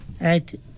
Right